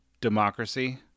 democracy